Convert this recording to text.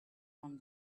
from